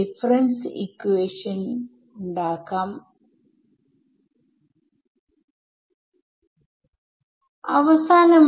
ഇത് തരുന്ന സൊല്യൂഷൻ എന്തായിരിക്കും എന്ന് നമുക്ക് നോക്കാം